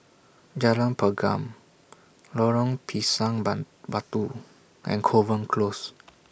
Jalan Pergam Lorong Pisang Ban Batu and Kovan Close